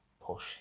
push